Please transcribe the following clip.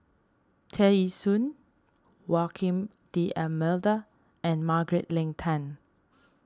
Tear Ee Soon Joaquim D'Almeida and Margaret Leng Tan